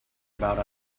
about